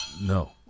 No